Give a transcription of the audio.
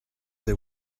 they